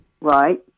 right